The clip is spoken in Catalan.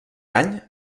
any